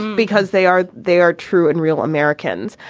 because they are they are true and real americans.